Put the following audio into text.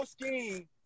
scheme –